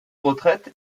retraite